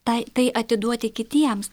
tai tai atiduoti kitiems